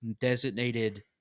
designated